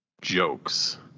jokes